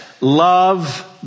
love